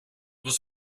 was